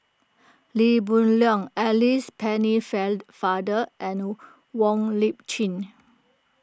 Lee Hoon Leong Alice Pennefather and Wong Lip Chin